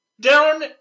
down